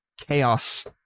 chaos